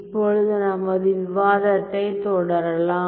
இப்பொழுது நமது விவாதத்தைத் தொடரலாம்